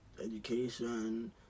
education